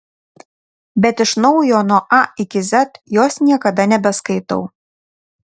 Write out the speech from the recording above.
bet iš naujo nuo a iki z jos niekada nebeskaitau